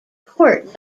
court